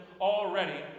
already